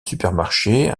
supermarché